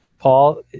Paul